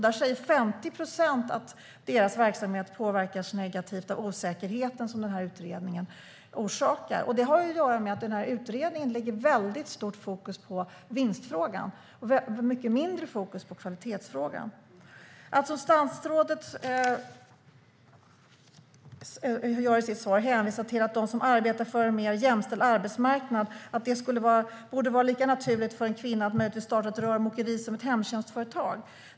Där säger 50 procent att deras verksamhet påverkas negativt av den osäkerhet som den här utredningen orsakar. Det har att göra med att utredningen lägger väldigt stort fokus på vinstfrågan och mycket mindre fokus på kvalitetsfrågan. Statsrådet hänvisar i sitt svar till att de arbetar för en mer jämställd arbetsmarknad och att det borde vara lika naturligt för en kvinna att möjligtvis starta ett rörmokeri som ett hemtjänstföretag.